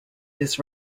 this